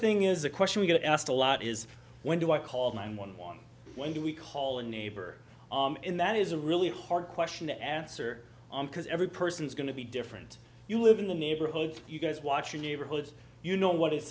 thing is a question we get asked a lot is when do i call nine one one when do we call a neighbor and that is a really hard question to answer because every person is going to be different you live in the neighborhood you guys watch your neighborhood you know what is